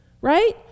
Right